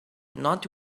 not